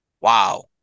Wow